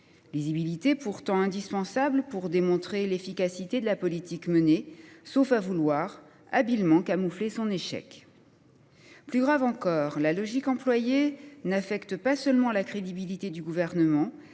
lisibilité pourtant indispensable pour démontrer l’efficacité de la politique menée, sauf à vouloir habilement camoufler son échec. Plus grave encore, la logique employée n’affecte pas seulement la crédibilité du Gouvernement